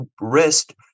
risk